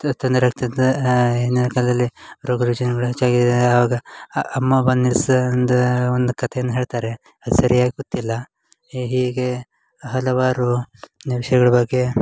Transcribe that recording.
ತೊಂದರೆ ಆಗ್ತಿತ್ತು ಹಿಂದಿನ ಕಾಲದಲ್ಲಿ ರೋಗ ರುಜಿನಗಳು ಹೆಚ್ಚಾಗಿ ಆವಾಗ ಅಮ್ಮ ಬಂದು ಒಂದು ಕಥೆನ ಹೇಳ್ತಾರೆ ಅದು ಸರಿಯಾಗಿ ಗೊತ್ತಿಲ್ಲ ಹೀಗೆ ಹೀಗೆ ಹಲವಾರು ಇನ್ನೂ ವಿಷಯಗಳು ಬಗ್ಗೆ